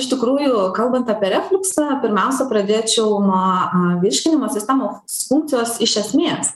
iš tikrųjų kalbant apie refliuksą pirmiausia pradėčiau nuo virškinimo sistemos funkcijos iš esmės